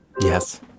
Yes